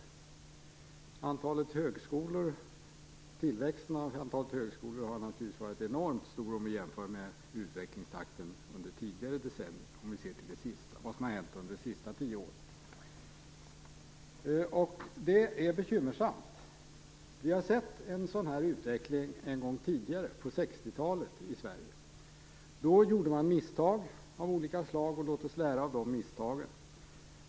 Tillväxten av antalet högskolor har naturligtvis, om vi ser till vad som hänt under de senaste tio åren, varit enormt stor i jämförelse med utvecklingstakten under tidigare decennier. Och det är bekymmersamt. Vi har sett en sådan här utveckling en gång tidigare i Sverige, på 60-talet. Då gjorde man misstag av olika slag. Låt oss lära av de misstagen.